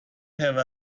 have